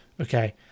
okay